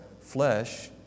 flesh